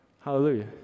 Hallelujah